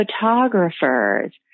photographers